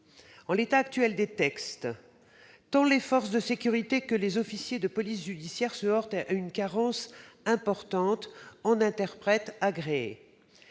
En l'état actuel des textes, tant les forces de sécurité que les officiers de police judiciaire se heurtent à une carence importante en interprètes agréés.